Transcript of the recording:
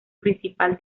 principal